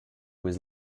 was